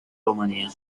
romania